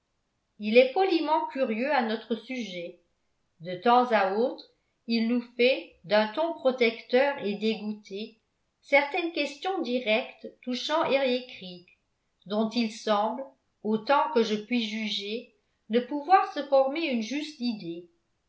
il est poliment curieux à notre sujet de temps à autre il nous fait d'un ton protecteur et dégoûté certaines questions directes touchant eriécreek dont il semble autant que je puis juger ne pouvoir se former une juste idée